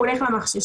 הוא הולך למחששה,